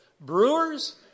brewers